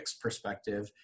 perspective